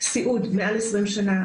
סיעוד מעל 20 שנים,